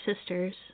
Sisters